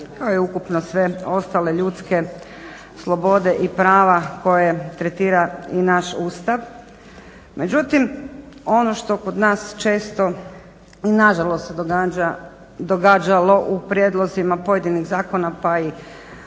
kao i ukupno sve ostale ljudske slobode i prava koje tretira i naš Ustav. Međutim ono što kod nas često i nažalost se događalo u prijedlozima pojedinih zakona pa i